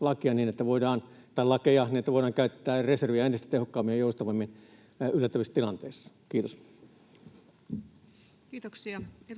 lakeja niin, että voidaan käyttää reserviä entistä tehokkaammin ja joustavammin yllättävissä tilanteissa. — Kiitos. [Speech